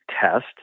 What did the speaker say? test